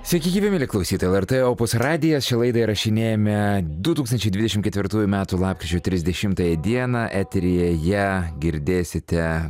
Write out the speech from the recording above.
sveiki gyvi mieli klausytojai lrt opus radijas šią laidą įrašinėjame du tūkstančiai dvidešimt ketvirtųjų metų lapkričio trisdešimtąją dieną eteryje je girdėsite